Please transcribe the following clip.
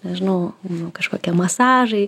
nežinau nu kažkokie masažai